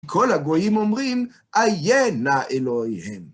כל הגויים אומרים: איה נא אלוהיהם.